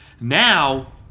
Now